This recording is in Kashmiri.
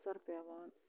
اثر پٮ۪وان